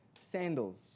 sandals